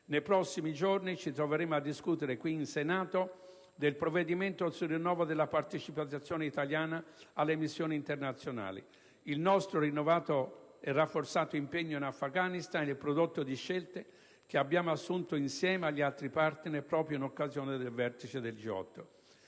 Nei prossimi giorni ci troveremo a discutere in Senato del provvedimento sul rinnovo della partecipazione italiana alle missioni internazionali. Il nostro rinnovato e rafforzato impegno in Afghanistan è il prodotto di scelte che abbiamo assunto insieme agli altri *partner* proprio in occasione del vertice del G8.